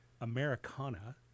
Americana